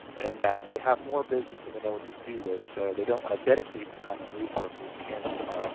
in that they have more business than they know what to do with. so they don't want to dedicate the time and resources to answering rfis, um